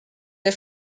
der